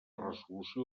resolució